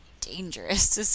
dangerous